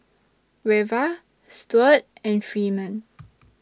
Reva Stuart and Freeman